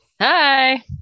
Hi